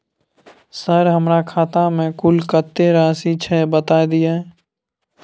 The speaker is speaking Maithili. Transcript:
सर हमरा खाता में कुल कत्ते राशि छै बता दिय?